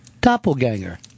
doppelganger